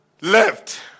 left